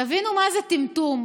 תבינו מה זה טמטום.